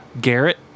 Garrett